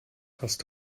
hast